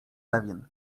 pewien